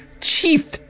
Chief